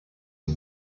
uko